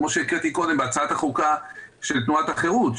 כמו שקראתי קודם מהצעת החוקה של תנועת החירות,